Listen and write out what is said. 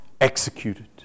executed